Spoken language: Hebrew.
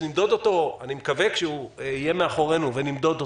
אני מקווה שכשהוא יהיה מאחורינו ונמדוד אותו,